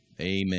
Amen